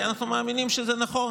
כי אנחנו מאמינים שזה נכון.